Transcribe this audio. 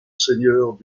seigneurs